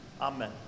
Amen